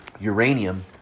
uranium